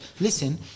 listen